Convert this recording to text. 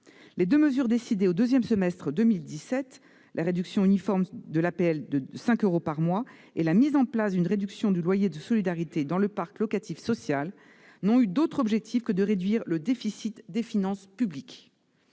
Les deux mesures décidées au deuxième semestre de 2017- la réduction uniforme des APL de 5 euros par mois, et la mise en place d'une réduction du loyer de solidarité dans le parc locatif social -n'ont eu d'autre objectif que de réduire le déficit des finances publiques.